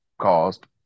caused